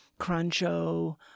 Cruncho